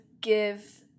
give